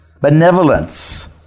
benevolence